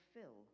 fill